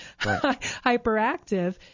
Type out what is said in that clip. hyperactive